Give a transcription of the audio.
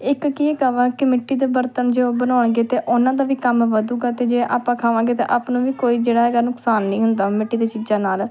ਇੱਕ ਕੀ ਕਹਾਂ ਕਿ ਮਿੱਟੀ ਦੇ ਬਰਤਨ ਜੋ ਬਣਾਉਣਗੇ ਤਾਂ ਉਹਨਾਂ ਦਾ ਵੀ ਕੰਮ ਵਧੂਗਾ ਅਤੇ ਜੇ ਆਪਾਂ ਖਾਵਾਂਗੇ ਤਾਂ ਆਪਾਂ ਨੂੰ ਵੀ ਕੋਈ ਜਿਹੜਾ ਹੈਗਾ ਨੁਕਸਾਨ ਨਹੀਂ ਹੁੰਦਾ ਮਿੱਟੀ ਦੀਆਂ ਚੀਜ਼ਾਂ ਨਾਲ